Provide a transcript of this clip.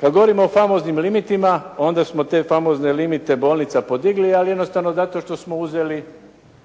Kada govorimo o famoznim limitima, onda smo te famozne limite bolnica podigli, ali jednostavno zato što smo uzeli